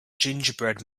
gingerbread